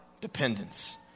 dependence